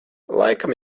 laikam